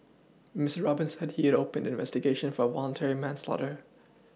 Mister Robin said he opened an investigation for voluntary manslaughter